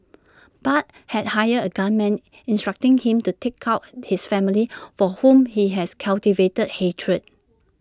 Bart had hired A gunman instructing him to take out his family for whom he has cultivated hatred